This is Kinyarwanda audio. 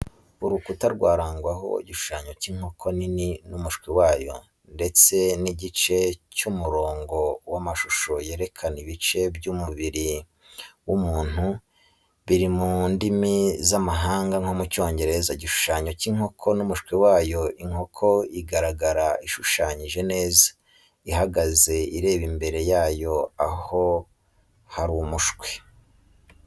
Urukuta rwarangwaho igishushanyo cy’inkoko nini n’umushwi wayo ndetse n'igice cy’umurongo w’amashusho yerekana ibice by’umubiri w’umuntu, biri mu ndimi z'amahanga nko mu Cyongereza. Igishushanyo cy’inkoko n’umushwi wayo. Inkoko iragaragara ishushanyije neza, ihagaze, ireba imbere yayo aho hari umushwi.